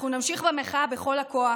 אנחנו נמשיך במחאה בכל הכוח,